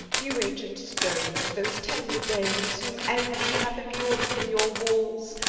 you ancient stones, those tender babes whom envy hath immur'd within your walls!